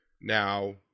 now